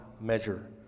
measure